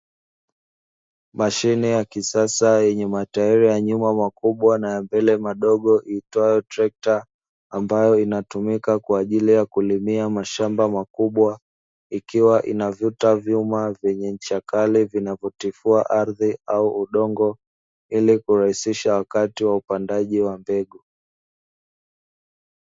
Mashine ya kisasa yenye matairi ya nyuma makubwa na ya mbele madogo, iitwayo trekta ambayo inatumika kwa ajili ya kulimia mashamba makubwa, ikiwa inavuta vyuma vyenye ncha kali vinavyotifua ardhi au udongo ili kurahisisha wakati wa upandaji wa mbegu.